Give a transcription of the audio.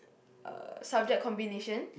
uh subject combination